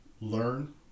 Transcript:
learn